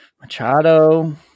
Machado